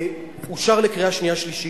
אושר לקריאה שנייה ושלישית,